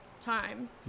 time